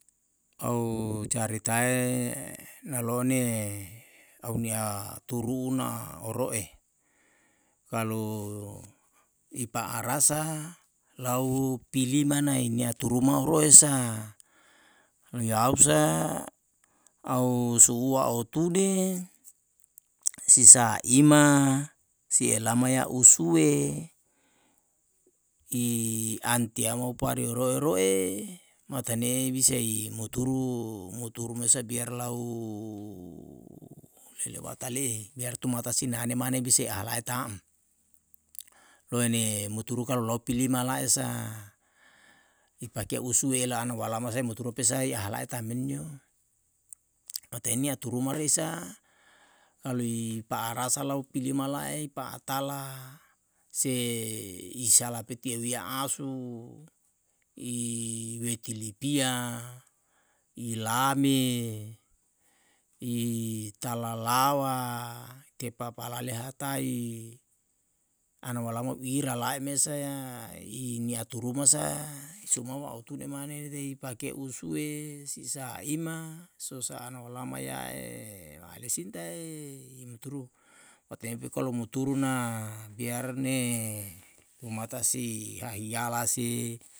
Au caritae nalo ne aunia turu'u na oro'e. kalu i pa'arasa lau pili manai nia turu ma oroe sa niau sa au su'ua otune si sa ima si elama ya usue i an tia mo pari oro oro'e matane e bisa i muturu muturu mesa biar lau lelewata le'e biar tumata si nane mane bisa i alae ta'm. loe ne muturu kalu lau pili mala esa i pake usu'e la'ana walama sae muturu pesai ahalae tam menio. mo tenia turu marei sa kalu i pa'arasa lau pili mala'e i pa'atala se i salapeti yeu ya asu i witi lipia i lane i talalawa tepa palale hatai ana walama i rala'e mesae i nia turu ma sa i suma ma utune mane re i pake use si saima sosa ana olama ya'e wa'a lesin tae i muturu mo taenpi kalu muturu na biar ne tumata si hahiala si